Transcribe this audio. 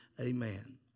Amen